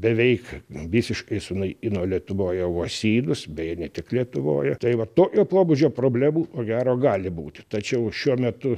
beveik visiškai sunaikino lietuvoje uosynus beje ne tik lietuvoje tai va tokio pobūdžio problemų ko gero gali būti tačiau šiuo metu